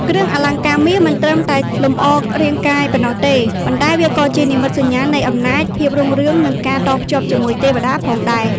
គ្រឿងអលង្ការមាសមិនត្រឹមតែលម្អរាងកាយប៉ុណ្ណោះទេ ប៉ុន្តែវាក៏ជានិមិត្តសញ្ញានៃអំណាច ភាពរុងរឿង និងការតភ្ជាប់ជាមួយទេវតាផងដែរ។